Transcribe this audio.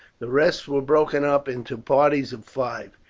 the rest were broken up into parties of five.